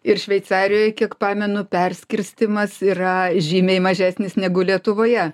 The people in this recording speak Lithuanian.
ir šveicarijoj kiek pamenu perskirstymas yra žymiai mažesnis negu lietuvoje